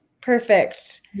Perfect